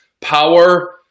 power